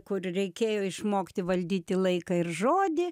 kur reikėjo išmokti valdyti laiką ir žodį